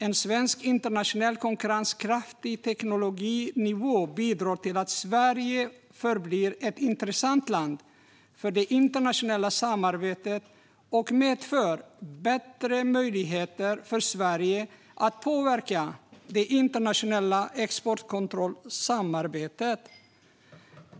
En svensk internationellt konkurrenskraftig teknologinivå bidrar till att Sverige förblir ett intressant land för det internationella samarbetet och medför bättre möjligheter för Sverige att påverka det internationella exportkontrollsamarbetet.